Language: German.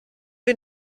wir